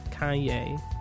kanye